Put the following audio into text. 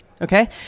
Okay